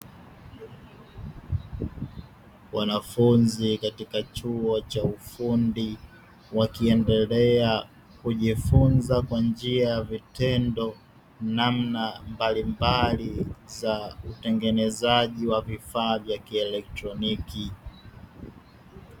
Wanafunzi katika chuo cha ufundi wakiendelea kujifunza kwa njia ya vitendo namna mbalimbali za utengenezaji wa vifaa vya kieletroniki.